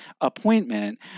appointment